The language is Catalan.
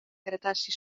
cretaci